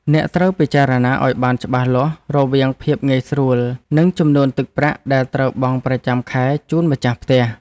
អ្នកត្រូវពិចារណាឱ្យបានច្បាស់លាស់រវាងភាពងាយស្រួលនិងចំនួនទឹកប្រាក់ដែលត្រូវបង់ប្រចាំខែជូនម្ចាស់ផ្ទះ។